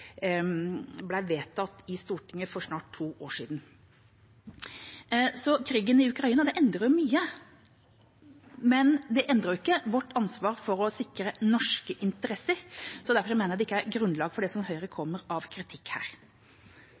vedtatt i Stortinget for snart to år siden. Krigen i Ukraina endrer mye, men den endrer ikke vårt ansvar for å sikre norske interesser. Derfor mener jeg det ikke er grunnlag for det Høyre kommer med av kritikk her.